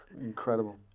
incredible